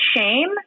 shame